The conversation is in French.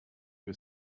que